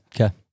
Okay